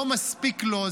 לא מספיק לו,